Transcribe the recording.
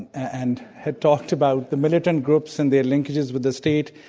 and had talked about the militant groups and their linkages with the state,